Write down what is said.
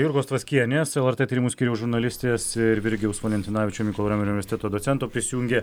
jurgos tvaskienės lrt tyrimų skyriaus žurnalistės ir virgiu valentinavičiumi mykolo romerio universiteto docento prisijungė